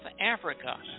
Africa